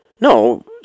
No